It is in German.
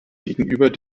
gegenüber